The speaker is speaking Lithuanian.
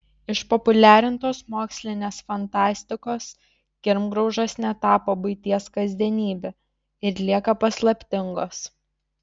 išpopuliarintos mokslinės fantastikos kirmgraužos netapo buities kasdienybe ir lieka paslaptingos